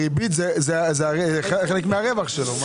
הריבית היא חלק מהרווח שלו.